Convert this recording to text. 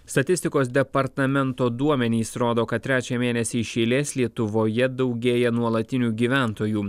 statistikos departamento duomenys rodo kad trečią mėnesį iš eilės lietuvoje daugėja nuolatinių gyventojų